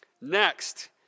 next